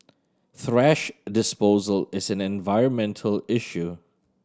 thrash disposal is an environmental issue